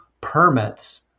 permits